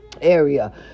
area